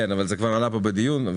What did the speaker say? זה כבר עלה כאן בדיון.